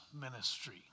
ministry